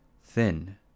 Thin